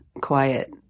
quiet